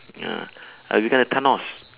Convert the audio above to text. ya I'll become like thanos